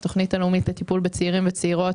התוכנית הלאומית לטיפול בצעירים וצעירות